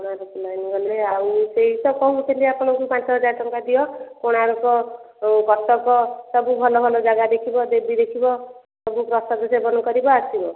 ଆପଣ ଆଉ ସେହି ତ କହୁଥିଲି ଆପଣଙ୍କୁ ପାଞ୍ଚ ହଜାର ଟଙ୍କା ଦିଅ କୋଣାର୍କ କଟକ ସବୁ ଭଲ ଭଲ ଜାଗା ଦେଖିବ ଦେବୀ ଦେଖିବ ସବୁ ପ୍ରସାଦ ସେବନ କରିକି ଆସିବ